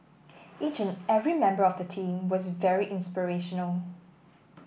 each and every member of the team was very inspirational